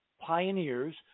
pioneers